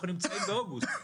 אנחנו נמצאים באוגוסט.